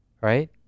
Right